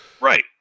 Right